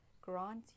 grant